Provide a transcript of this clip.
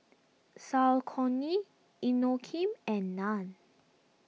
Saucony Inokim and Nan